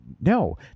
no